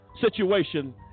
situation